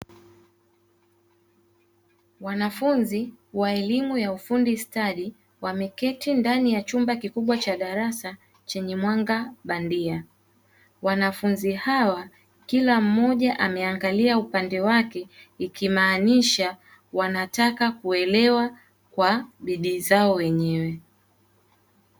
Wanafunzi wa elimu ya ufundi stadi wameketi ndani ya chumba kikubwa cha darasa chenye mwanga bandia, wanafunzi hawa kila mmoja ameangalia upande wake ikimaanisha wanataka kuelewa kwa bidii zao wenyewe.